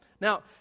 Now